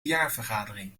jaarvergadering